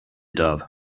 dove